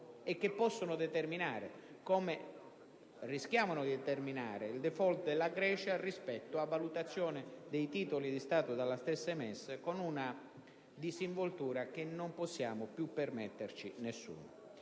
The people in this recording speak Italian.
come rischiano di determinare, il *default* della Grecia rispetto alla valutazione dei titoli di Stato dalla stessa emessi con una disinvoltura che nessuno ormai può più permettersi. Certo,